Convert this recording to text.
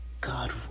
God